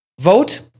Vote